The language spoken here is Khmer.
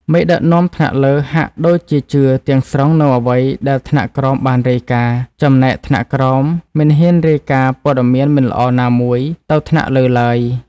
មេដឹកនាំថ្នាក់លើហាក់ដូចជាជឿ ទាំងស្រុងនូវអ្វីដែលថ្នាក់ក្រោមបានរាយការណ៍ ចំណែកថ្នាក់ក្រោមមិនហ៊ានរាយការណ៍ព័ត៌មានមិនល្អណាមួយទៅថ្នាក់លើឡើយ។